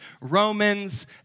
Romans